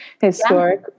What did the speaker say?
historic